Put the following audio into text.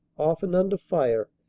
often under fire,